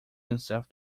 himself